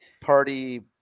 Party